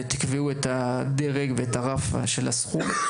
ותקבעו את הדרג ואת הרף של הסכום.